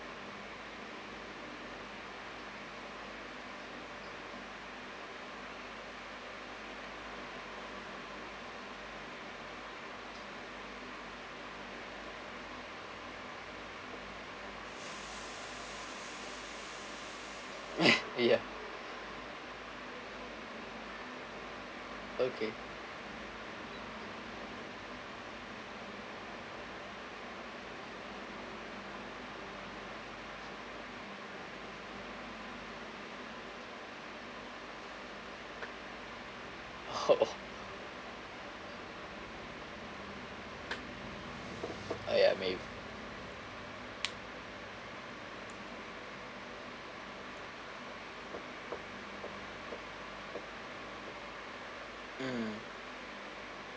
ya okay oh ah ya maybe mm